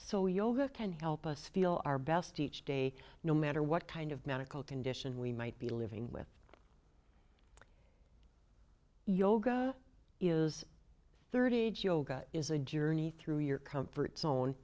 so yoga can help us feel our best each day no matter what kind of medical condition we might be living with yoga is third it yoga is a journey through your comfort zone